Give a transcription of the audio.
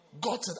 God